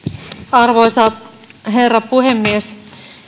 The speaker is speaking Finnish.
arvoisa herra puhemies